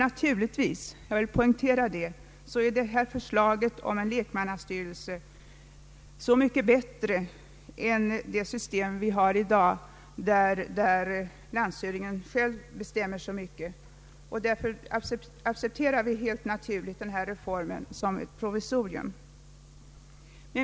Jag vill dock poängtera att regeringens förslag till lekmannastyrelse är bättre än det system vi har i dag, när landshövdingen själv bestämmer så mycket. Därför accepterar vi reformen som ett provisorium.